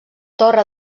torre